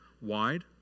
wide